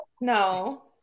No